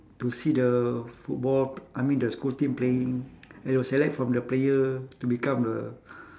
to see the football I mean the school team playing and they will select from player to become the